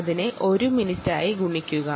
അതിനെ 1 മിനിറ്റായി ഗുണിക്കുക